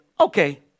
Okay